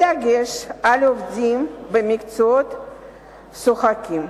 בדגש על עובדים במקצועות שוחקים.